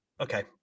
okay